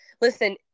listen